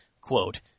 quote